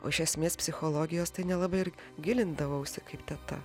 o iš esmės psichologijos tai nelabai ir gilindavausi kaip teta